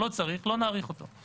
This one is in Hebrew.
לא צריך לא נאריך אותו.